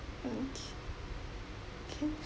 okay okay